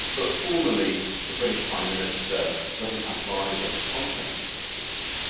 but formally the british prime minister doesn't advise on the contents of the speech.